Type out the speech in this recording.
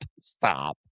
Stop